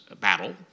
Battle